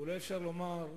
ואולי אפשר לומר: